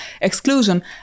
exclusion